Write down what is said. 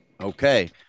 Okay